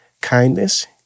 kindness